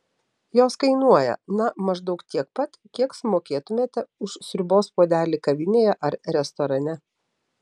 jos kainuoja na maždaug tiek pat kiek sumokėtumėte už sriubos puodelį kavinėje ar restorane